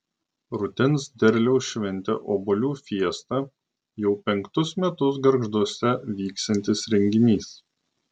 rudens derliaus šventė obuolių fiesta jau penktus metus gargžduose vyksiantis renginys